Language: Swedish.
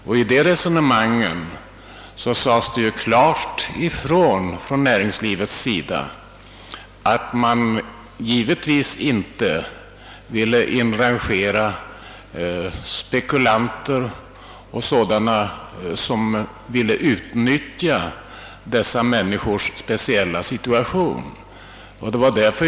Vid de diskussioner som fördes sade man från näringslivet klart ifrån, att man givetvis inte ville inrangera spekulanter som ville utnyttja dessa människors speciella situation.